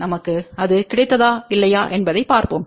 நமக்கு அது கிடைத்ததா இல்லையா என்பதைப் பார்ப்போம்